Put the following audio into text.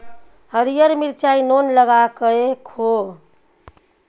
हरियर मिरचाई नोन लगाकए खो